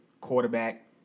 quarterback